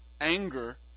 anger